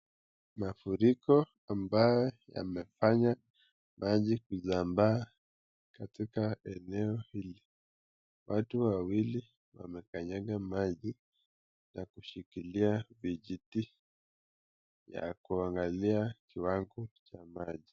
Mafuriko ambayo yamefanya maji kuzambaa katika eneo hili. Watu wawili wamekanyaga maji na kushikilia vijiti ya kuangalia kiwango cha maji.